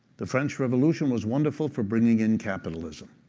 the french revolution was wonderful for bringing in capitalism,